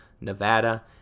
Nevada